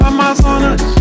Amazonas